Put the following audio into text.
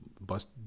bust